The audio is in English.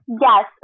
Yes